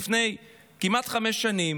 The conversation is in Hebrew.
לפני כמעט חמש שנים.